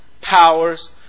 powers